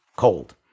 Cold